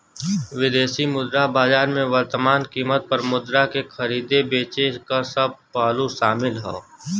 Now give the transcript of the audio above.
विदेशी मुद्रा बाजार में वर्तमान कीमत पर मुद्रा के खरीदे बेचे क सब पहलू शामिल हौ